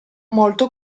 molto